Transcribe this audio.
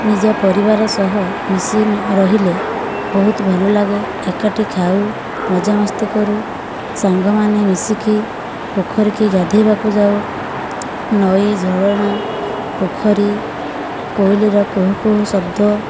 ନିଜ ପରିବାର ସହ ମିଶି ରହିଲେ ବହୁତ ଭଲ ଲାଗେ ଏକାଠି ଖାଉ ମଜା ମସ୍ତି କରୁ ସାଙ୍ଗମାନେ ମିଶିକି ପୋଖରୀକି ଗାଧୋଇବାକୁ ଯାଉ ନଈ ଝରଣା ପୋଖରୀ କୋଇଲିର କୁହୁ କୁହୁ ଶବ୍ଦ